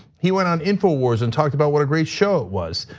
he went on infowars and talked about what a great show it was.